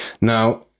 Now